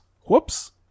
whoops